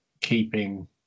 keeping